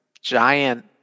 giant